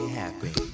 happy